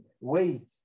Wait